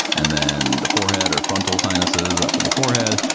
and then the forehead or frontal sinuses, up in the forehead.